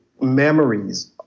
memories